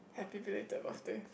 happy belated birthday